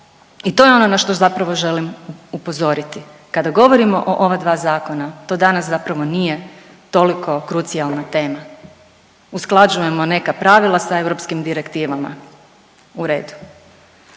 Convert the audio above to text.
i to je ono na što zapravo želim upozoriti. Kada govorimo o ova dva zakona, to danas zapravo nije toliko krucijalna tema. Usklađujemo neka pravila sa europskim direktivama. U redu.